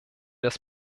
das